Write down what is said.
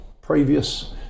previous